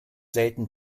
selten